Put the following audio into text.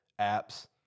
apps